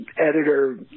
editor